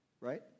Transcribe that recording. Right